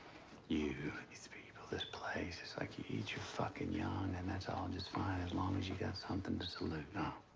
you, these people, this place. it's like you eat your fuckin' young and that's all um just fine as long as you got something to salute, huh?